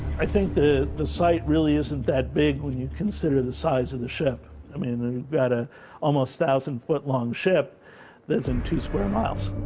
i think the the site really isn't that big when you consider the size of the ship i mean we've and got a almost thousand foot long ship there's an two square miles